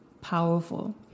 powerful